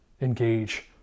engage